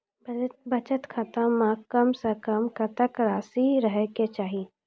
बचत खाता म कम से कम कत्तेक रासि रहे के चाहि?